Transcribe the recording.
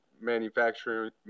manufacturing